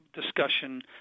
discussion